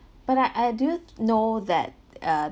but I I didn't know that uh